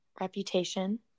Reputation